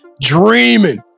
dreaming